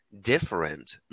different